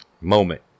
moment